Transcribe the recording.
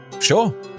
sure